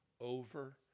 over